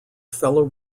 fellow